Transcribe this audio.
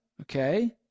okay